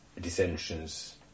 dissensions